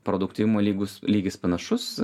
produktyvumo lygus lygis panašus